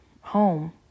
home